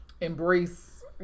embrace